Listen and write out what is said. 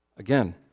Again